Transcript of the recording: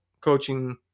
coaching